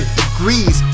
degrees